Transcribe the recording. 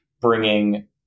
bringing